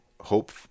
hope